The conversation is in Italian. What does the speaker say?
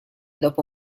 dopo